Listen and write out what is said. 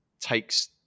takes